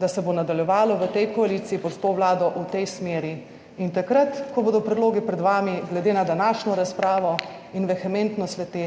da se bo nadaljevalo v tej koaliciji pod to vlado v tej smeri. In takrat, ko bodo predlogi pred vami, glede na današnjo razpravo in vehementnost le-te